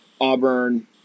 Auburn